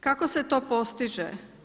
Kako se to postiže?